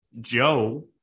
Joe